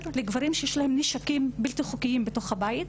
לגברים שיש להם נשקים בלתי חוקיים בתוך הבית,